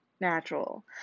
natural